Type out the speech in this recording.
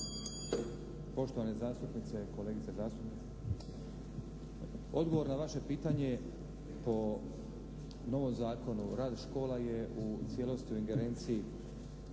poštovane zastupnice, kolegice zastupnice odgovor na vaše pitanje po novom Zakonu. Rad škola je u cijelosti u ingerenciji